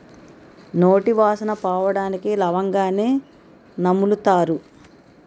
నోటి వాసన పోవడానికి లవంగాన్ని నములుతారు